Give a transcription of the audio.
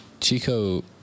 Chico